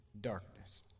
darkness